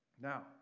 Now